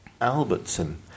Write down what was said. Albertson